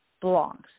belongs